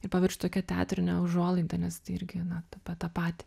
ir paverčiu tokia teatrine užuolaida nes tai irgi na t apie tą patį